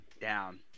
down